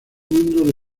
mundo